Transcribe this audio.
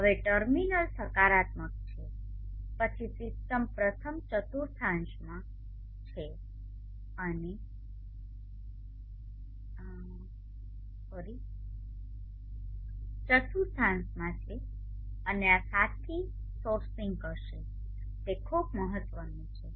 હવે ટર્મિનલ સકારાત્મક છે પછી સિસ્ટમ પ્રથમ ચતુર્થાંશમાં છે અને આ સાથી સોર્સિંગ કરશે તે ખૂબ મહત્વનું છે